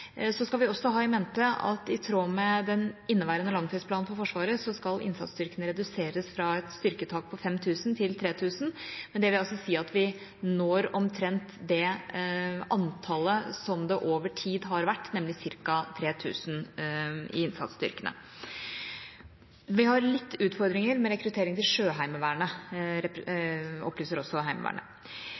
Så skal vi også ha in mente at i tråd med den inneværende langtidsplanen for Forsvaret skal innsatsstyrkene reduseres fra et styrketak på 5 000 til 3 000, men det vil altså si at vi når omtrent det antallet som det over tid har vært, nemlig ca. 3 000 i innsatsstyrkene. Vi har litt utfordringer med rekruttering til Sjøheimevernet, opplyser også Heimevernet.